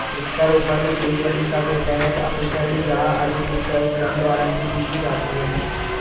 वृक्षारोपण में केंद्रीय दिशा के तहत अकुशल या अर्धकुशल श्रम द्वारा खेती की जाती है